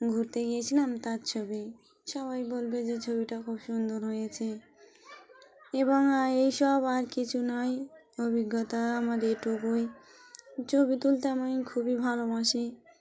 ঘুরতে গিয়েছিলাম তার ছবি সবাই বলবে যে ছবিটা খুব সুন্দর হয়েছে এবং এই সব আর কিছু নয় অভিজ্ঞতা আমার এটুকুই ছবি তুলতে আমি খুবই ভালোবাসি